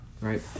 right